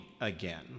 again